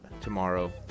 tomorrow